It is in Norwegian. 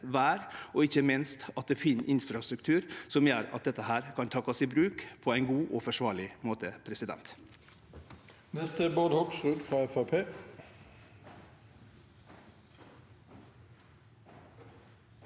ver, og ikkje minst at det finst infrastruktur som gjer at dette kan takast i bruk på ein god og forsvarleg måte. Bård